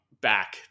back